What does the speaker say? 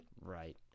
Right